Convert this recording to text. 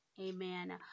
Amen